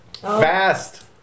fast